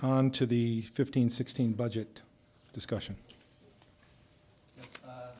on to the fifteen sixteen budget discussion